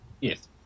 Yes